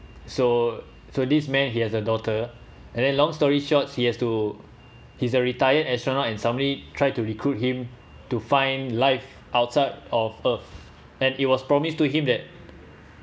so so this man he has a daughter and then long story short he has to he's a retired astronaut and somebody tried to recruit him to find life outside of earth and it was promise to him that